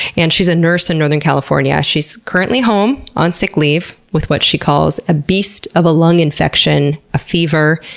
and she's a nurse in northern california. she's currently home on sick leave with what she calls, a beast of a lung infection, a fever,